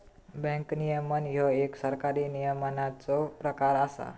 bank नियमन ह्यो एक सरकारी नियमनाचो प्रकार असा